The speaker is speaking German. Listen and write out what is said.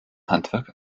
handwerk